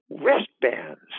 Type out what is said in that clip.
wristbands